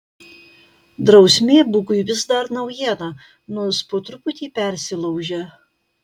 drausmė bugui vis dar naujiena nors po truputį persilaužia